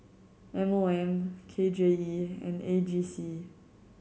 M O M K J E and A G C